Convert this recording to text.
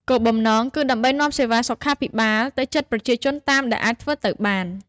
គោលបំណងគឺដើម្បីនាំសេវាសុខាភិបាលទៅជិតប្រជាជនតាមដែលអាចធ្វើទៅបាន។